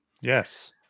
Yes